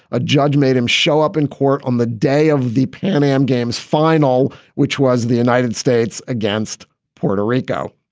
a judge made him show up in court on the day of the pan am games final, which was the united states against puerto rico.